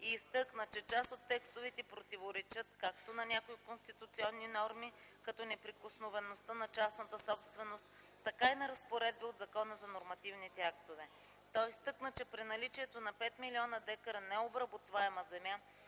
и изтъкна, че част от текстовете противоречат както на някои конституционни норми, като неприкосновеността на частната собственост, така и на разпоредби от Закона за нормативните актове. Той изтъкна, че при наличието на 5 млн. дка необработваема земя